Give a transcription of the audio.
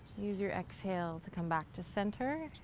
use your exhale to come back to center.